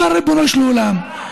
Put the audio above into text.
אבל ריבונו של עולם,